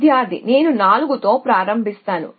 విద్యార్థి నేను 4 తో ప్రారంభిస్తాను